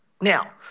Now